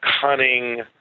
cunning